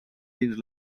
dins